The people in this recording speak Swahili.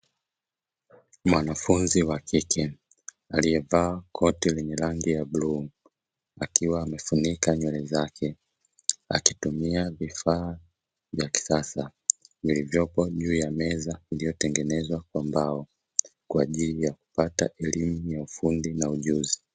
Mwanafunzi wakike aliyevaa koti la rangi ya bluu akiwa amefunika nywele zake, akitumia vifaa vya kisasa vilivyopo juu ya meza iliyotengenezwa kwa mbao, kwa ajili ya kupata elimu ya ufundi na ujuzi.